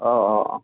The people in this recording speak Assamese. অঁ অঁ অঁ